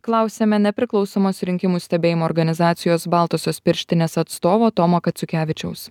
klausiame nepriklausomos rinkimų stebėjimo organizacijos baltosios pirštinės atstovo tomo kaciukevičiaus